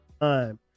time